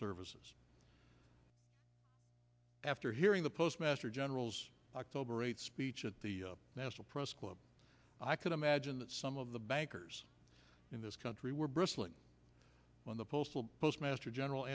services after hearing the postmaster general october eighth speech at the national press club i could imagine that some of the bankers in this country were bristling when the postal postmaster general